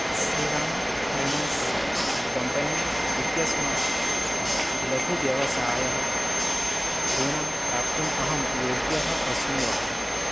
Shriram finance company इत्यस्मात् लघुव्यवसायः ऋणं प्राप्तुम् अहं योग्यः अस्मि वा